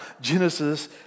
Genesis